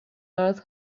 earth